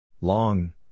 Long